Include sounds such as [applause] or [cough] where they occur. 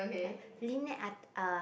[noise] Lynette I uh